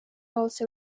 also